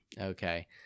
Okay